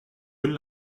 une